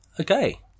Okay